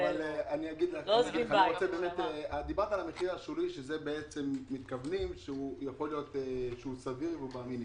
דיברת על המחיר השולי שמתכוונים שיכול להיות שהוא סביר ובמינימום.